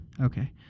Okay